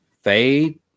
fade